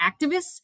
activists